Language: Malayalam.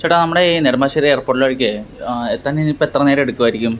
ചേട്ടാ നമ്മുടെ ഈ നെടുമ്പാശ്ശേരി ഏര്പ്പോട്ടിലെ വഴിക്ക് എത്താനിനി ഇപ്പോൾ എത്ര നേരം എടുക്കുമായിരിക്കും